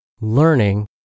learning